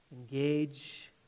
engage